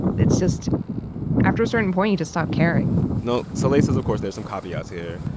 it's just after a certain point, you just stop caring no. soleil says, of course, there's some caveats here.